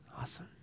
Awesome